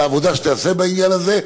על העבודה שתיעשה בעניין הזה.